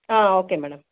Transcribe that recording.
okay madam